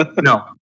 No